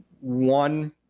one